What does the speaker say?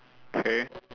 okay